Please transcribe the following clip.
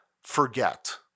forget